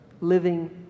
living